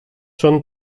són